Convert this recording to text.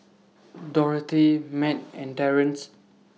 Dorthey Mat and Terence